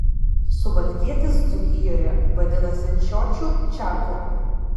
suvalkietis dzūkijoje vadinasi čiočiu čiaku